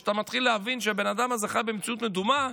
וכשאתה מתחיל להבין שהבן אדם הזה חי במציאות מדומה,